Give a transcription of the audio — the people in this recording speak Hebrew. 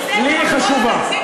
בסדר, אבל בוא לא נגזים בחשיבות שלה.